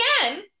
again